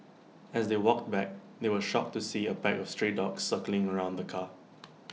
as they walked back they were shocked to see A pack of stray dogs circling around the car